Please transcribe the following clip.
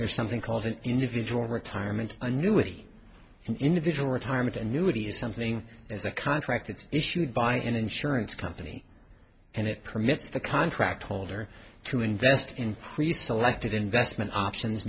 there's something called an individual retirement annuity an individual retirement and nudity is something as a contract it's issued by an insurance company and it permits the contract holder to invest in pre selected investment options